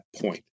point